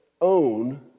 own